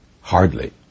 Hardly